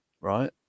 right